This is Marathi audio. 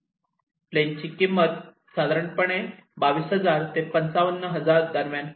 प्लेन ची किंमत साधारण पणे 22000 ते 55000 दरम्यान होती